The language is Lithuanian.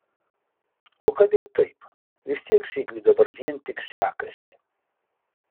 o kad ir taip vis tiek sigiui dabar vien tik sekasi